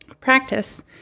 practice